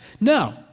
No